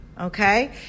Okay